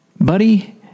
buddy